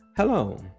Hello